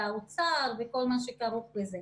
האוצר וכל מה שכרוך בזה.